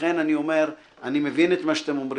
לכן אני אומר: אני מבין את מה שאתם אומרים,